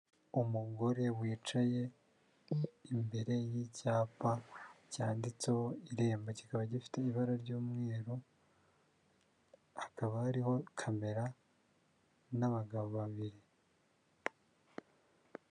Umugore wicaye imbere y'icyapa, cyanditseho irembo kikaba gifite ibara ry'umweru hakaba hariho kamera n'abagabo babiri.